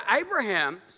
Abraham